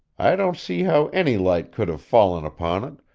i don't see how any light could have fallen upon it,